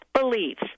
beliefs